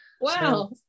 Wow